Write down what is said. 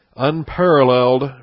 Unparalleled